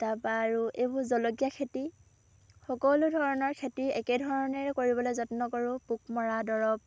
তাৰ পৰা আৰু এইবোৰ জলকীয়া খেতি সকলো ধৰণৰ খেতি একেধৰণেৰে কৰিবলৈ যত্ন কৰোঁ পোক মৰা দৰব